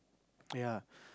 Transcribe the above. ya